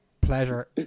pleasure